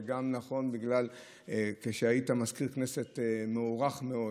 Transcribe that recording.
זה נכון גם בגלל שהיית מזכיר הכנסת מוערך מאוד.